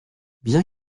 bien